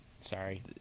sorry